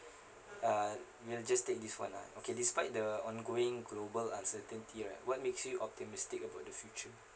uh we will just take this one lah okay despite the ongoing global uncertainty right what makes you optimistic about the future